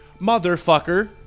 motherfucker